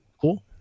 Cool